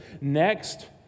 next